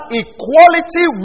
equality